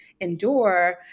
endure